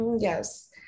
Yes